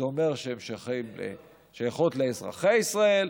זה אומר שהן שייכות לאזרחי ישראל,